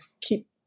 keep